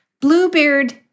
bluebeard